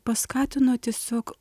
paskatino tiesiog